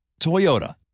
Toyota